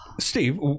Steve